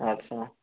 ଆଚ୍ଛା